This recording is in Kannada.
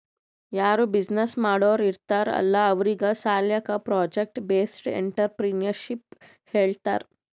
ಯಾರೂ ಬಿಸಿನ್ನೆಸ್ ಮಾಡೋರ್ ಇರ್ತಾರ್ ಅಲ್ಲಾ ಅವ್ರಿಗ್ ಸಾಲ್ಯಾಕೆ ಪ್ರೊಜೆಕ್ಟ್ ಬೇಸ್ಡ್ ಎಂಟ್ರರ್ಪ್ರಿನರ್ಶಿಪ್ ಹೇಳ್ತಾರ್